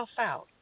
out